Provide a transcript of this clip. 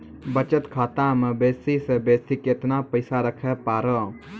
बचत खाता म बेसी से बेसी केतना पैसा रखैल पारों?